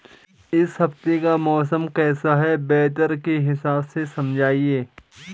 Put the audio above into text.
इस हफ्ते का मौसम कैसा है वेदर के हिसाब से समझाइए?